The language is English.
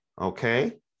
okay